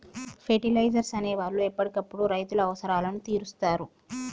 fertilisers అనే వాళ్ళు ఎప్పటికప్పుడు రైతుల అవసరాలను తీరుస్తారు